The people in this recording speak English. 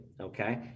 okay